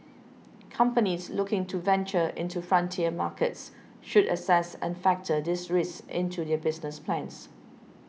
companies looking to venture into frontier markets should assess and factor these risks into their business plans